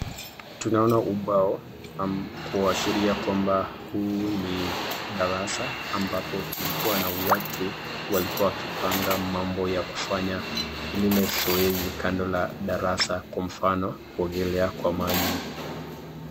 Tunaona ubao kuashiria kwamba huu ni darasa ambapo kulikuwa na watu walikuwa wakipanga mambo ya kufanya. Hili ni zoezi kando la darasa kwa mfano kuogelea kwa maji.